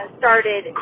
started